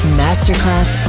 masterclass